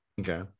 okay